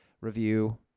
review